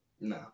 no